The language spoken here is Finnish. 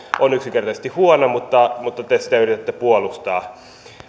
on yksinkertaisesti huono mutta mutta te sitä yritätte puolustaa